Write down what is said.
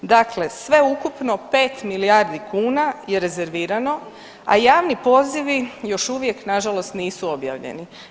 Dakle, sveukupno 5 milijardi kuna je rezervirano, a javni pozivi još uvijek nažalost nisu objavljeni.